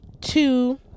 two